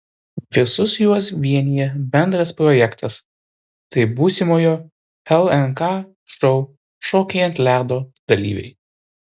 visus juos vienija bendras projektas tai būsimojo lnk šou šokiai ant ledo dalyviai